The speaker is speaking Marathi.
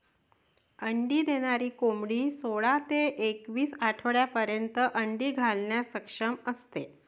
अंडी देणारी कोंबडी सोळा ते एकवीस आठवड्यांपर्यंत अंडी घालण्यास सक्षम असते